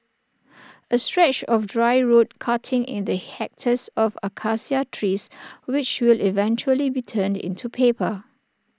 A stretch of dry road cutting in the hectares of Acacia trees which will eventually be turned into paper